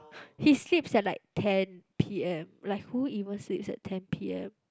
he sleeps at like ten P_M like who even sleeps at ten P_M